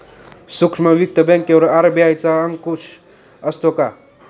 सूक्ष्म वित्त बँकेवर आर.बी.आय चा अंकुश असतो का?